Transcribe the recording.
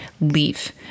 leave